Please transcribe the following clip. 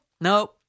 no